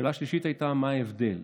השאלה השלישית הייתה מה ההבדל.